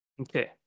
Okay